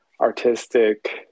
artistic